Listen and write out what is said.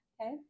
Okay